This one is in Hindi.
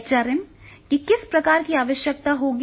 एचआरएम की किस प्रकार की आवश्यकता होगी